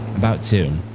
about two.